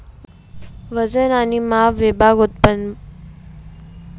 वजन आणि माप विभाग उत्पादन मा वजन आणि माप यंत्रणा बराबर उपयोग करतस